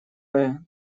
плеере